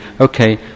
okay